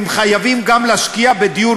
הם חייבים גם להשקיע בדיור,